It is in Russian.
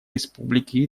республики